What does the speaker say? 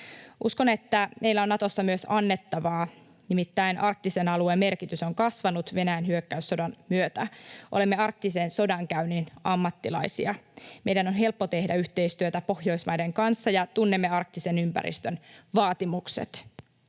Uskon, että meillä on Natossa myös annettavaa, nimittäin arktisen alueen merkitys on kasvanut Venäjän hyökkäyssodan myötä. Olemme arktisen sodankäynnin ammattilaisia. Meidän on helppo tehdä yhteistyötä Pohjoismaiden kanssa, ja tunnemme arktisen ympäristön vaatimukset.